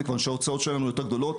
מכיוון שההוצאות שלנו יותר גדולות.